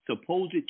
supposed